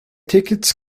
tickets